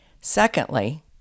Secondly